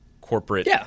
corporate